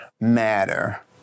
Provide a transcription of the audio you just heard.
Matter